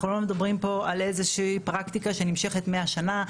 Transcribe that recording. אנחנו לא מדברים פה על איזושהי פרקטיקה שנמשכת מאה שנה.